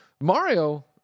Mario